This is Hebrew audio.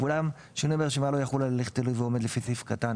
ואולם שינוי ברשימה לא יחול על הליך תלוי ועומד לפי סעיף קטן